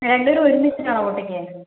രണ്ടും കൂടി ഒരുമിച്ചാണോ പൊട്ടിക്കുക